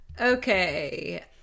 Okay